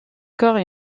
corps